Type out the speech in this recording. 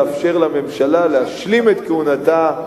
לאפשר לממשלה להשלים את כהונתה,